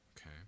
okay